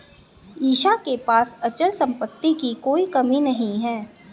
ईशा के पास अचल संपत्ति की कोई कमी नहीं है